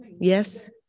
yes